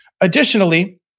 Additionally